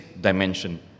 dimension